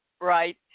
right